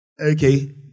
Okay